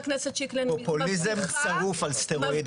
פופוליזם צרוף על סטרואידים.